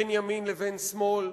בין ימין לבין שמאל,